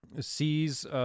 sees